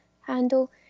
handle